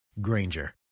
Granger